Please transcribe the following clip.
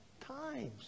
times